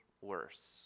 worse